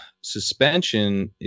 suspension